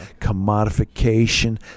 commodification